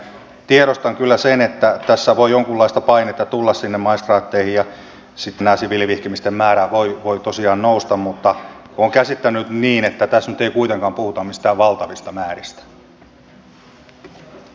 tiedostan kyllä sen että tässä voi jonkunlaista painetta tulla sinne maistraatteihin ja sitten näiden siviilivihkimisten määrä voi tosiaan nousta mutta olen käsittänyt niin että tässä nyt ei kuitenkaan puhuta mistään valtavista määristä